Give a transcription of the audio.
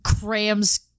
crams